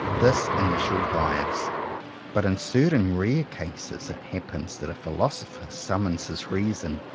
this initial bias but in certain rare cases it happens that a philosopher summons his reason,